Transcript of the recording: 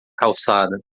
calçada